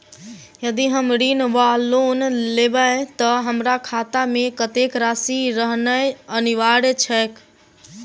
यदि हम ऋण वा लोन लेबै तऽ हमरा खाता मे कत्तेक राशि रहनैय अनिवार्य छैक?